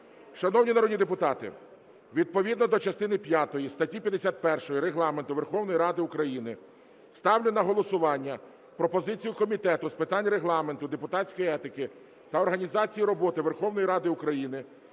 Шановні народні депутати, відповідно до частини п'ятої статті 51 Регламенту Верховної Ради України ставлю на голосування пропозицію Комітету з питань Регламенту, депутатської етики та організації роботи Верховної Ради України